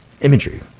Imagery